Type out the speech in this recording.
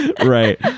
Right